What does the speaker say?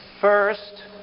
first